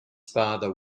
father